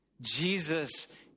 Jesus